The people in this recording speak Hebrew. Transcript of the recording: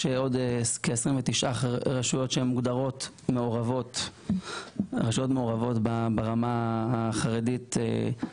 יש עוד כ-29 רשויות שהן מוגדרות מעורבות ברמה החרדית-חילונית,